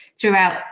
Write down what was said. throughout